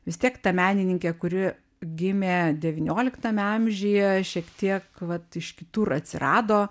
vis tiek ta menininkė kuri gimė devynioliktame amžiuje šiek tiek vat iš kitur atsirado